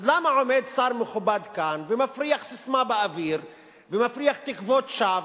אז למה עומד שר מכובד כאן ומפריח ססמה באוויר ומפריח תקוות שווא?